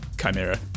Chimera